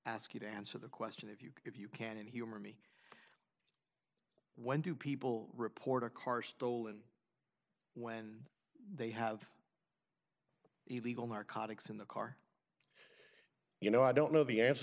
ask you to answer the question if you if you can hear me when do people report a car stolen when they have illegal narcotics in the car you know i don't know the answer